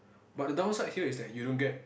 but the downside here is that you don't get